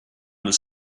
was